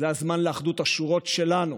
זה הזמן לאחדות השורות שלנו